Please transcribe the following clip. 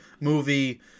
movie